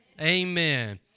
Amen